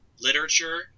literature